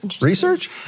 research